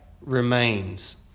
remains